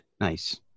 Nice